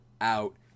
out